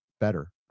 better